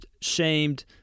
shamed